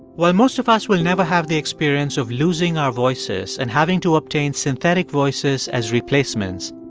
while most of us will never have the experience of losing our voices and having to obtain synthetic voices as replacements,